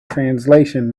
translation